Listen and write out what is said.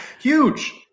Huge